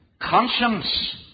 Conscience